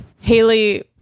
Haley